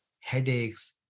headaches